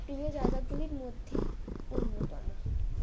প্রিয় জায়গাগুলির মধ্যে অন্যতম